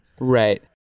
Right